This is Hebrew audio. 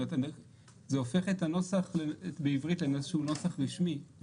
זה הופך את הנוסח בעברית לאיזשהו נוסח רשמי,